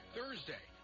Thursday